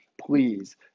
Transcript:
please